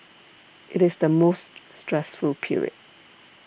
it is the most stressful period